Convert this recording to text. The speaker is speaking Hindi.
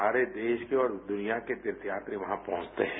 सारे देश के और दुनिया के तीर्थयात्री वहां पहुंचते हैं